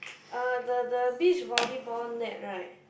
uh the the beach volleyball net right